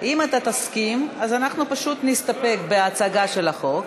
אם אתה תסכים, אנחנו פשוט נסתפק בהצגה של החוק,